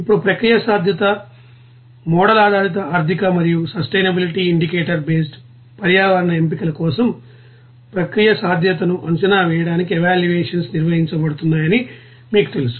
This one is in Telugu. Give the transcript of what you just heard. ఇప్పుడు ప్రక్రియ సాధ్యత మోడల్ ఆధారిత ఆర్థిక మరియు సస్టైనబిలిటీ ఇండికేటర్ బేస్డ్ పర్యావరణ ఎంపికల కోసం ప్రక్రియ సాధ్యతను అంచనా వేయడానికి ఎవాల్యూయేషన్స్ నిర్వహించబడుతున్నాయని మీకు తెలుసు